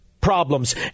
problems